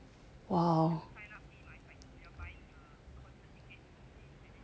!wow!